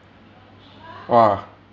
!wah!